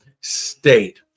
state